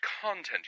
content